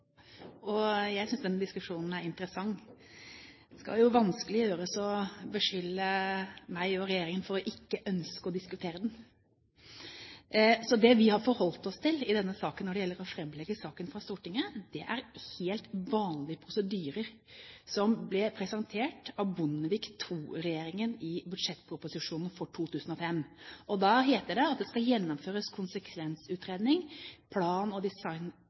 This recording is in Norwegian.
Jeg synes denne diskusjonen er interessant. Det skal jo vanskelig gjøres å beskylde meg og regjeringen for ikke å ønske å diskutere denne saken. Det vi har forholdt oss til i denne saken når det gjelder å framlegge den for Stortinget, er helt vanlige prosedyrer, som ble presentert av Bondevik II-regjeringen i budsjettproposisjonen for 2005. Der heter det at det skal gjennomføres konsekvensutredning, plan og